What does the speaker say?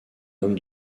homme